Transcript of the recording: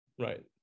Right